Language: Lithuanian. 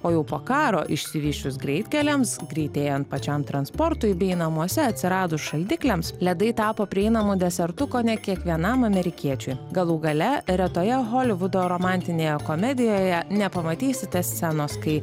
o jau po karo išsivysčius greitkeliams greitėjant pačiam transportui bei namuose atsiradus šaldikliams ledai tapo prieinamu desertu kone kiekvienam amerikiečiui galų gale retoje holivudo romantinėje komedijoje nepamatysite scenos kai